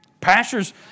Pastors